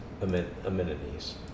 amenities